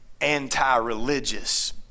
anti-religious